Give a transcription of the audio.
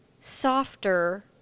softer